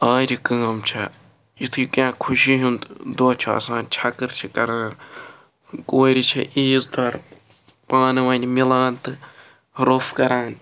آرِ کٲم چھَ یُتھُے کیٚنٛہہ خوٚشی ہُنٛد دۄہ چھ آسان چھَکر چھِ کَران کورِ چھِ عیٖذ تر پانہٕ وٲنۍ میلان تہٕ روٚف کَران